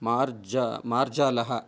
मार्जा मार्जालः